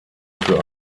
für